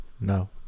No